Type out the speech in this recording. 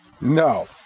No